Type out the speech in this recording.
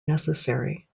necessary